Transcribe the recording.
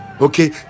okay